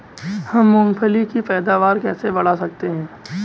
हम मूंगफली की पैदावार कैसे बढ़ा सकते हैं?